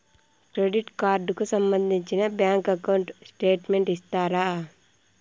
Credit card కు సంబంధించిన bank account statement ఇస్తారా?